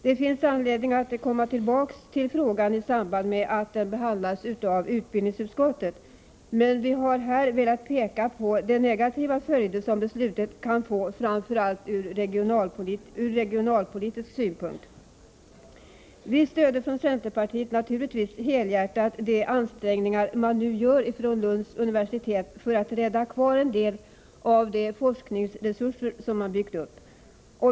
Det finns anledning att komma tillbaka till frågan i samband med att den behandlas av utbildningsutskottet, men vi har här velat peka på de negativa följder som beslutet kan få framför allt ur regionalpolitisk synpunkt. Centerpartiet stöder naturligtvis helhjärtat de ansträngningar som man nu gör från Lunds universitet för att rädda kvar en del av de forskningsresurser som man byggt upp.